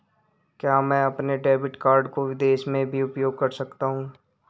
क्या मैं अपने डेबिट कार्ड को विदेश में भी उपयोग कर सकता हूं?